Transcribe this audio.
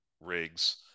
rigs